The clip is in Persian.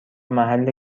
محل